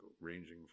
ranging